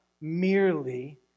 merely